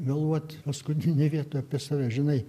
meluot paskutinėj vietoj apie save žinai